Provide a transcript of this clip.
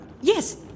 Yes